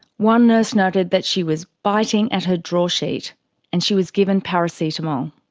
one nurse noted that she was biting at her draw-sheet and she was given paracetamol.